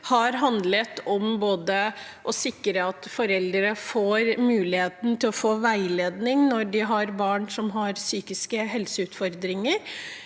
har handlet om å sikre at foreldre får muligheten til å få veiledning når de har barn med psykiske helseutfordringer,